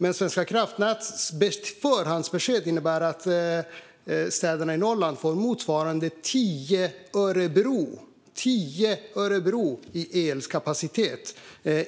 Men Svenska kraftnäts förhandsbesked innebär att städerna i Norrland får motsvarande tio Örebro i elnätskapacitet